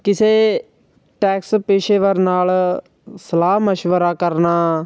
ਕਿਸੇ ਟੈਕਸ ਪੇਸ਼ੇਵਰ ਨਾਲ ਸਲਾਹ ਮਸ਼ਵਰਾ ਕਰਨਾ